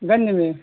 गंज में